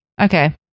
okay